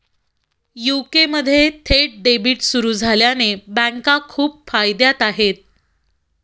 UK मध्ये थेट debit सुरू झाल्याने बँका खूप फायद्यात आहे